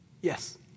Yes